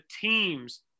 teams